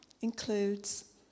includes